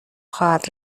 خواهد